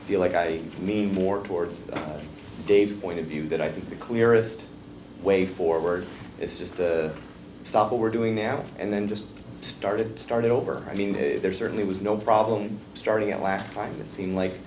feel like i mean more towards dave's point of view that i think the clearest way forward is just stop what we're doing now and then just started start it over i mean there certainly was no problem starting it last time it